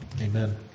Amen